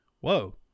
whoa